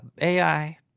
AI